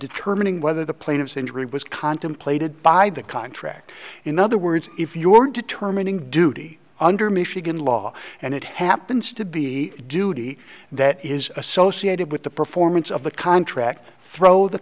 determining whether the plaintiff's injury was contemplated by the contract in other words if your determining duty under michigan law and it happens to be duty that is associated with the performance of the contract throw the